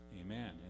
amen